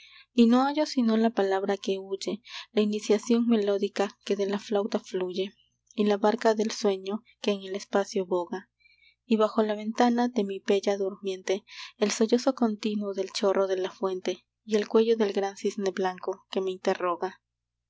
y no hallo sino la palabra que huye la iniciación melódica que de la flauta fluye y la barca del sueño que en el espacio boga y bajo la ventana de mi bella durmiente el sollozo continuo del chorro de la fuente y el cuello del gran cisne blanco que me interroga